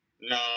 no